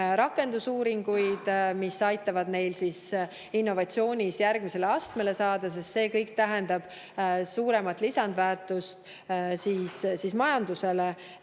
rakendusuuringuid, mis aitaksid neil innovatsioonis järgmisele astmele saada. See kõik tähendab suuremat lisandväärtust majandusele